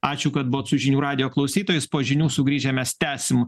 ačiū kad buvot su žinių radijo klausytojais po žinių sugrįžę mes tęsim